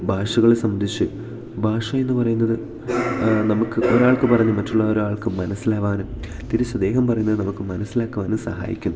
ഭാഷകളെ സംരക്ഷ് ഭാഷ എന്നു പറയുന്നത് നമുക്ക് ഒരാൾക്ക് പറഞ്ഞ് മറ്റുള്ള ഒരാൾക്ക് മനസ്സിലാകാനും തിരിച്ച് അദ്ദേഹം പറയുന്നത് നമുക്ക് മനസ്സിലാക്കുവാനും സഹായിക്കുന്നു